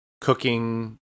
cooking